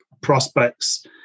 prospects